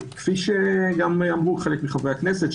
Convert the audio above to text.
כפי שאמרו חלק מחברי הכנסת,